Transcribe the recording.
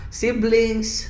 siblings